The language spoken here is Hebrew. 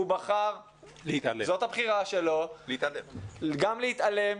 זאת הבחירה שלו גם להתעלם,